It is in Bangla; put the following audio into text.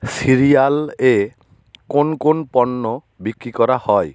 সিরিয়ালে কোন কোন পণ্য বিক্রি করা হয়